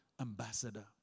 ambassador